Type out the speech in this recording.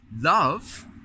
love